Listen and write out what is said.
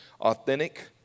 authentic